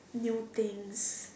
new things